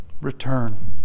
return